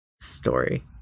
Story